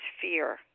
fear